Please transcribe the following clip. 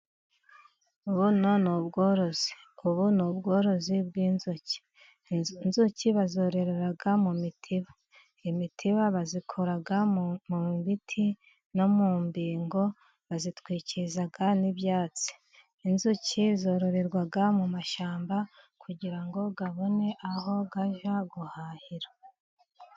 Buno ni ubworozi ubu ni ubworozi bw'inzuki inzuki bazororera mu mitiba, imitiba bayikura mu mu biti no mu mbingo, bazitwikiriza n'ibyatsi inzuki zororerwa mu mashyamba kugira ngo zibone aho zijya guhahira.